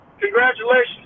congratulations